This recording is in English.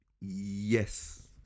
Yes